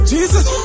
Jesus